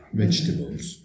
vegetables